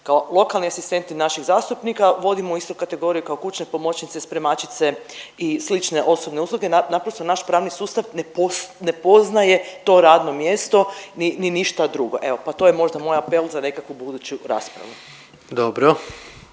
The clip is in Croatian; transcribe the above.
kao lokalni asistenti naših zastupnika vodimo u istoj kategoriji kao kućne pomoćnice, spremačice i slične osobne usluge, naprosto naš pravni sustav ne poznaje to radno mjesto ni ništa drugo, evo, pa to je možda moj apel za nekakvu buduću raspravu.